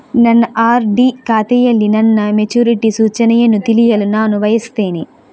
ನನ್ನ ಆರ್.ಡಿ ಖಾತೆಯಲ್ಲಿ ನನ್ನ ಮೆಚುರಿಟಿ ಸೂಚನೆಯನ್ನು ತಿಳಿಯಲು ನಾನು ಬಯಸ್ತೆನೆ